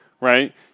right